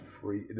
free